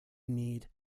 need